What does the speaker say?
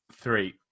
three